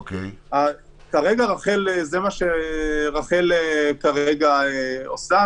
זה מה שרח"ל כרגע עושה.